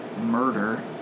murder